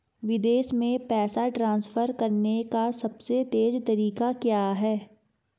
विदेश में पैसा ट्रांसफर करने का सबसे तेज़ तरीका क्या है?